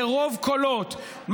ברוב קולות,